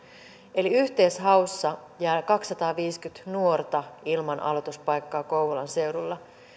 eli yhteishaussa jää kaksisataaviisikymmentä nuorta ilman aloituspaikkaa kouvolan seudulla